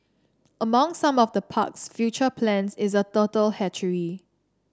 among some of the park's future plans is a turtle hatchery